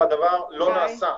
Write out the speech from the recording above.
והדבר לא נעשה.